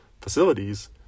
facilities